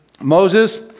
Moses